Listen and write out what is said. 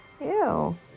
Ew